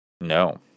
No